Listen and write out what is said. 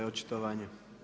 Očitovanje.